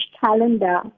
calendar